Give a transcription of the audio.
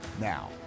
now